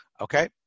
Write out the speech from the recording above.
Okay